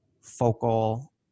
focal